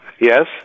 Yes